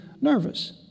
nervous